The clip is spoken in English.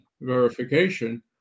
verification